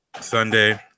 Sunday